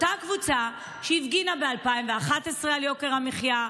אותה קבוצה שהפגינה ב-2011 על יוקר המחיה,